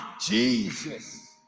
Jesus